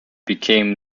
became